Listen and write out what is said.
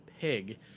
pig